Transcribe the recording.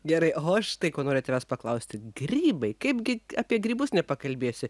gerai o aš štai ko norėjau tavęs paklausti grybai kaipgi apie grybus nepakalbėsi